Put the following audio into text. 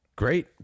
Great